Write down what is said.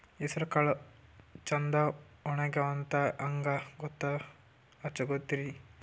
ಹೆಸರಕಾಳು ಛಂದ ಒಣಗ್ಯಾವಂತ ಹಂಗ ಗೂತ್ತ ಹಚಗೊತಿರಿ?